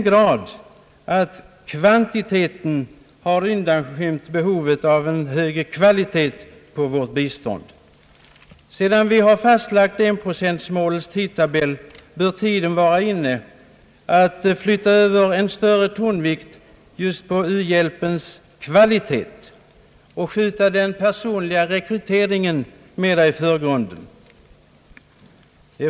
grad, att kvantiteten har undanskymt frågan om kvalitet på vårt bistånd. Sedan vi har fastlagt enprocentmålets tidtabell bör tiden vara inne att flytta över tonvikten till u-hjälpens kvalitet och skjuta den personliga rekryteringen mera i förgrunden.